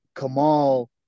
Kamal